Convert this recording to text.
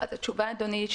אדוני,